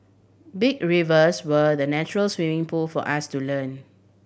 big rivers were the natural swimming pool for us to learn